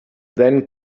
then